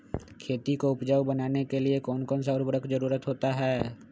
खेती को उपजाऊ बनाने के लिए कौन कौन सा उर्वरक जरुरत होता हैं?